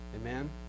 Amen